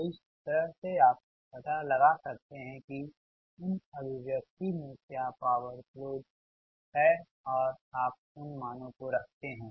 तो इस तरह से आप पता लगा सकते हैं कि उन अभिव्यक्ति में क्या पॉवर फ्लोज है और आप उन मानों को रखते है